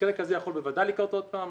מקרה כזה יכול בוודאי לקרות עוד פעם,